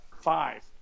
five